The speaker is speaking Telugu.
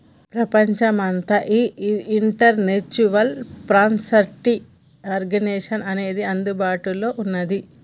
ప్రపంచమంతా ఈ ఇంటలెక్చువల్ ప్రాపర్టీ ఆర్గనైజేషన్ అనేది అందుబాటులో ఉన్నది